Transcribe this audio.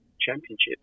championships